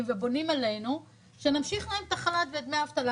ופונים אלינו שנמשיך להם את החל"ת ודמי האבטלה,